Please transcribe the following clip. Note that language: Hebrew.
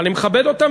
אבל אני מכבד אותן,